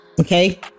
okay